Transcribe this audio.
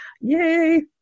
yay